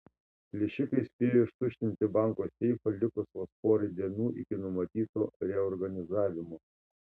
plėšikai spėjo ištuštinti banko seifą likus vos porai dienų iki numatyto reorganizavimo